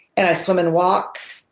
and i swim and walk.